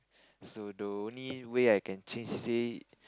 so the only way I can change c_c_a